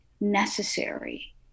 necessary